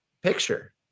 picture